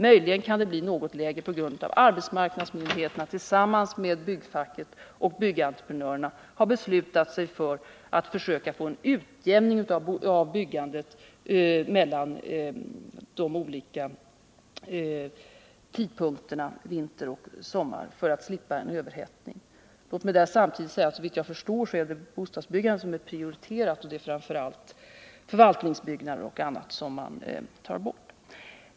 Möjligen kan den bli något lägre på grund av att arbetsmarknadsmyndigheterna tillsammans med byggfacket och arbetsgivarorganisationen beslutat sig för att försöka få en utjämning av byggandet mellan vinter och sommar för att slippa en överhettning. Låt mig samtidigt säga att det såvitt jag förstår är bostadsbyggandet som är prioriterat och framför allt förvaltningsbyggnader och annat som tas bort.